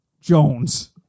Jones